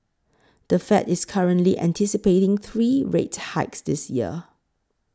the Fed is currently anticipating three rate hikes this year